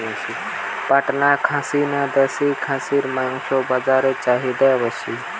পাটনা খাসি না দেশী খাসির মাংস বাজারে চাহিদা বেশি?